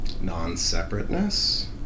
non-separateness